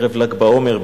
ערב ל"ג בעומר,